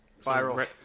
Viral